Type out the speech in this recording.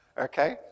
Okay